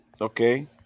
Okay